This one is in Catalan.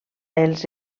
els